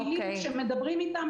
אי-אפשר לקבל את הפירוט הזה.